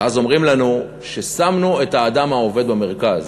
ואז אומרים לנו ששמנו את האדם העובד במרכז.